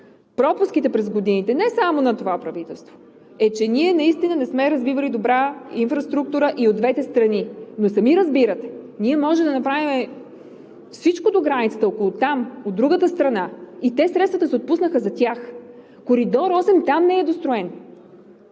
пропуските през годините е – не само на това правителство, че ние наистина не сме развивали добра инфраструктура и от двете страни. Сами разбирате, че ние можем да направим всичко до границата – от другата страна, и средствата се отпуснаха за тях. Коридор № 8 там не е достроен!